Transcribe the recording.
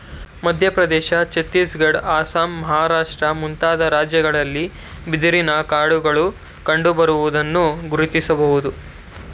ಮಧ್ಯಪ್ರದೇಶ, ಛತ್ತೀಸ್ಗಡ, ಅಸ್ಸಾಂ, ಮಹಾರಾಷ್ಟ್ರ ಮುಂತಾದ ರಾಜ್ಯಗಳಲ್ಲಿ ಬಿದಿರಿನ ಕಾಡುಗಳು ಕಂಡುಬರುವುದನ್ನು ಗುರುತಿಸಬೋದು